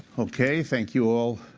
ok, thank you all